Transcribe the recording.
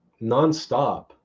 nonstop